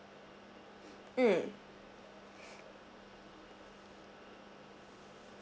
mm